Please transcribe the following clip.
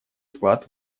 вклад